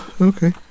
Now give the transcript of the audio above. okay